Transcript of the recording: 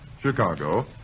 Chicago